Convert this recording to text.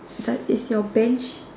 does is your bench